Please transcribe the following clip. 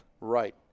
right